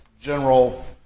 general